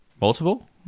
Multiple